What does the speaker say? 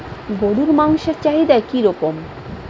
গরুর মাংসের চাহিদা কি রকম?